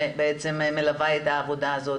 שבעצם מלווים את העבודה הזאת.